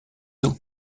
eaux